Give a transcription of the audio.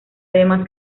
además